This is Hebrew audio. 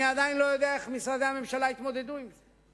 עדיין לא יודע איך משרדי הממשלה יתמודדו עם זה,